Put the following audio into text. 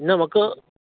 ना म्हाका